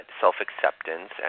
self-acceptance